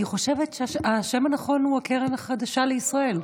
אני חושבת שהשם הנכון הוא הקרן החדשה לישראל.